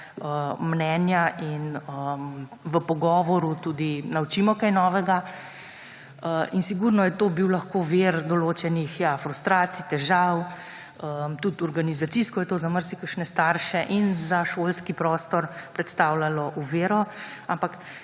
mnenja in se v pogovoru tudi naučimo kaj novega in sigurno je to lahko bil vir določenih frustracij, težav. Tudi organizacijsko je to za marsikatere starše in za šolski prostor predstavljalo oviro. Ampak